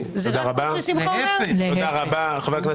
לא ענית לי.